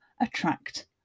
attract